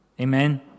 Amen